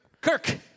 Kirk